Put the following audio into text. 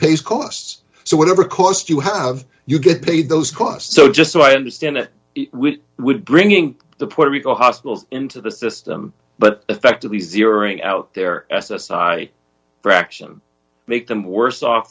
pays costs so whatever cost you have you get paid those costs so just so i understand it would bringing the puerto rico hospitals into the system but affectively zeroing out their s s i fraction make them worse off